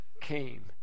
came